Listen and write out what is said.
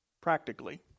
practically